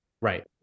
Right